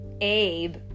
Abe